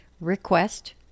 request